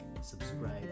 subscribe